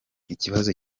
ikibazo